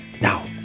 Now